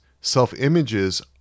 Self-images